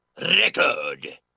record